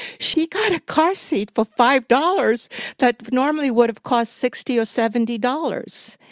she got a car seat for five dollars that normally would have cost sixty or seventy dollars.